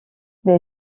des